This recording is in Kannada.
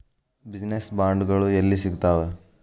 ಬಿಜಿನೆಸ್ ಬಾಂಡ್ಗಳು ಯೆಲ್ಲಿ ಸಿಗ್ತಾವ?